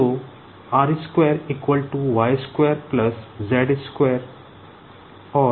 तो और